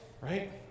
right